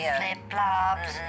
flip-flops